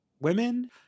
women